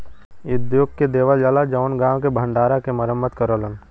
उद्योग के देवल जाला जउन गांव के भण्डारा के मरम्मत करलन